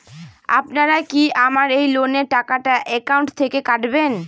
আপনারা কি আমার এই লোনের টাকাটা একাউন্ট থেকে কাটবেন?